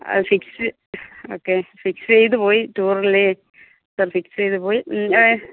fix okay fix ചെയ്തുപോയി ടൂറിൽ sir fix ചെയ്തുപോയി